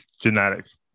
genetics